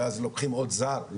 ואז לוקחים עוד זר.